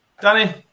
Danny